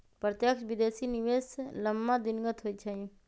प्रत्यक्ष विदेशी निवेश लम्मा दिनगत होइ छइ